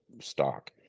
stock